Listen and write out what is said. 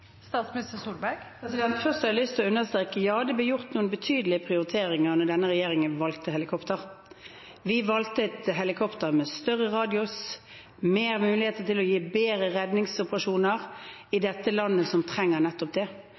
Først har jeg lyst til å understreke: Ja, det ble gjort noen betydelige prioriteringer da denne regjeringen valgte helikopter. Vi valgte et helikopter med større radius og flere muligheter til å gi bedre redningsoperasjoner – i dette landet som trenger nettopp det.